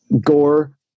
Gore